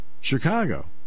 Chicago